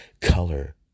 color